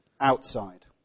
outside